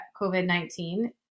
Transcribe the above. COVID-19